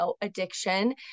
addiction